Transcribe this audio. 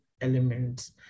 elements